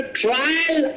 trial